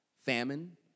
famine